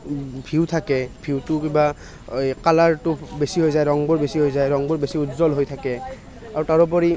view থাকে ভিউটো কিবা এই কালাৰটো বেছি হৈ যায় ৰংবোৰ বেছি হৈ যায় ৰংবোৰ বেছি উজ্জ্বল হৈ থাকে আৰু তাৰোপৰি